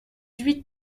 huit